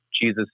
Jesus